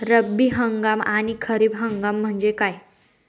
रब्बी हंगाम आणि खरीप हंगाम म्हणजे काय?